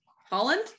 holland